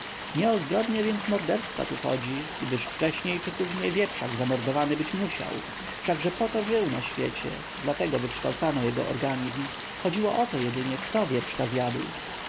o zbrodnię więc morderstwa tu chodzi gdyż wcześniej czy później wieprzak zamordowany być musiał wszakże po to żył na świecie dlatego wykształcano jego organizm chodziło o to jedynie kto wieprzka zjadł